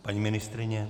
Paní ministryně?